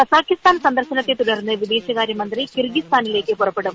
Kazakhstan സന്ദർശനത്തെ തുടർന്ന് വിദേശ കാര്യ മന്ത്രി കിർഗിസ്ഥാനിലേക്ക് പുറപ്പെടും